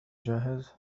جاهز